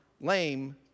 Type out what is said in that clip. lame